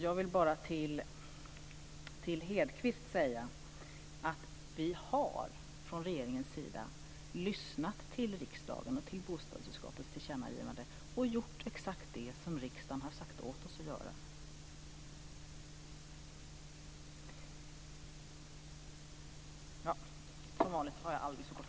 Jag vill bara till Lennart Hedquist säga att vi från regeringens sida har lyssnat till riksdagen och till bostadsutskottets tillkännagivande och gjort exakt det som riksdagen har sagt åt oss att göra.